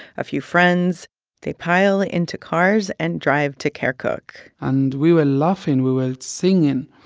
a few friends they pile into cars and drive to kirkuk and we were laughing, we were singing.